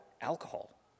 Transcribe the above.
alcohol